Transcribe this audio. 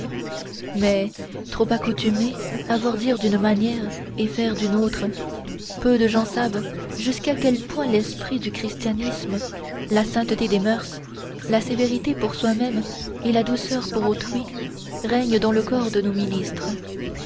mais trop accoutumés à voir dire d'une manière et faire d'une autre peu de gens savent jusqu'à quel point l'esprit du christianisme la sainteté des mœurs la sévérité pour soi-même et la douceur pour autrui règnent dans le corps de nos ministres